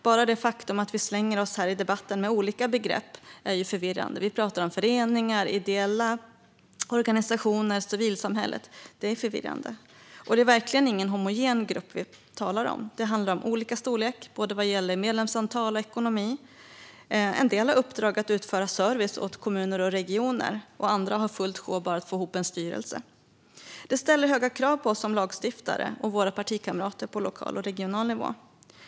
Bara det faktum att vi här i debatten slänger oss med olika begrepp förvirrar. Vi pratar om föreningar, ideella organisationer och civilsamhället - det är förvirrande. Det är heller ingen homogen grupp vi talar om. Det handlar om olika storlek både vad gäller medlemsantal och ekonomi. En del har uppdrag att utföra service åt kommuner och regioner, medan andra har fullt sjå bara att få ihop en styrelse. Detta ställer höga krav på oss som lagstiftare och på våra partikamrater på lokal och regional nivå.